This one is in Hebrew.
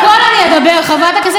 זהבה גלאון,